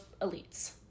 elites